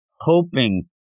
hoping